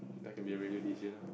I can be a ready D_J now